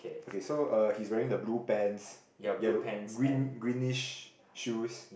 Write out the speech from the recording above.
okay so uh he is wearing a blue pants yellow green greenish shoes